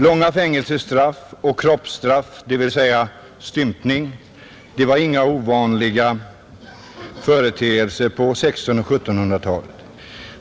Långa fängelsestraff och kroppsstraff, dvs. stympning, var inga ovanliga företeelser på 1600 och 1700-talen.